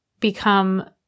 become